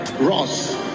ross